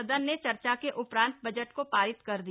सदन ने चर्चा के उपरांत बजट को पारित कर दिया